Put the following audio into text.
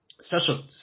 special